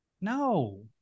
No